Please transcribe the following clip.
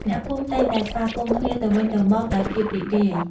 អ្នកភូមិ តែងតែស្វាគមន៍គ្នាទៅវិញទៅមកដោយ ភាពរីករាយ។